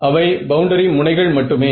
அவை பவுண்டரி முனைகள் மட்டுமே